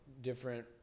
different